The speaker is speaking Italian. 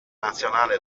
nazionale